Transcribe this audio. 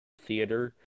theater